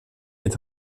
est